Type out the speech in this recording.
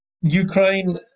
Ukraine